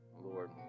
Lord